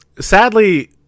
Sadly